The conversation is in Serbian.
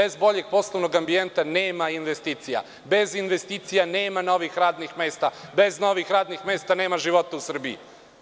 Bez boljeg poslovnog ambijenta, nema investicija, bez investicija nema novih radnih mesta, bez novih radnih mesta nema života u Srbiji.